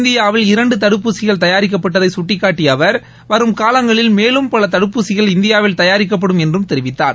இந்தியாவில் இரண்டு தடுப்பூசிகள் தயாரிக்கப்பட்டதை சுட்டிக்காட்டிய அவர் வரும் காலங்களில் மேலும் பல தடுப்பூசிகள் இந்தியாவில் தயாரிக்கப்படும் என்றும் தெரிவித்தார்